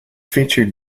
featured